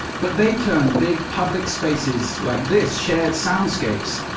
but they turn big, public spaces like this, shared soundscapes,